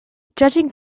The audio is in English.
judging